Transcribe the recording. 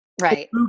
Right